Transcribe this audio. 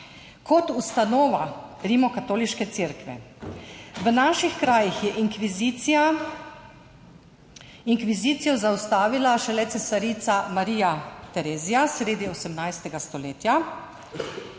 kot ustanova Rimokatoliške cerkve. V naših krajih je inkvizicijo zaustavila šele cesarica Marija Terezija sredi 18. stoletja.